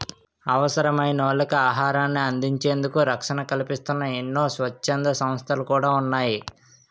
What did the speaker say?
అవసరమైనోళ్ళకి ఆహారాన్ని అందించేందుకు రక్షణ కల్పిస్తూన్న ఎన్నో స్వచ్ఛంద సంస్థలు కూడా ఉన్నాయి